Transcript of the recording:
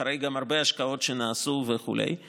גם אחרי הרבה השקעות שנעשו וכו';